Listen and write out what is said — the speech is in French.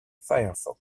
firefox